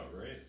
right